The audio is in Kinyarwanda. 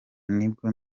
nibwo